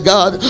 God